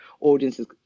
audiences